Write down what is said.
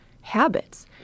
habits